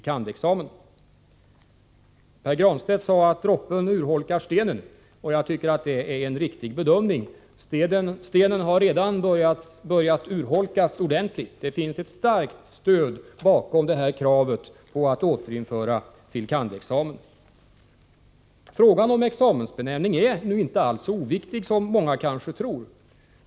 kand.-examen. Pär Granstedt sade att droppen urholkar stenen, och det är riktigt. Stenen har redan börjat urholkas ordentligt. Det finns ett starkt stöd bakom kravet på att återinföra fil. kand.-examen. Frågan om examensbenämningen är inte alls så oviktig som många kanske tror.